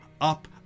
up